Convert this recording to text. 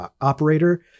operator